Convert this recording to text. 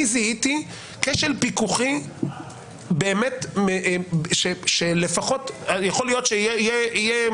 אני זיהיתי כשל פיקוחי, יכול להיות שיהיה